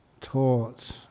taught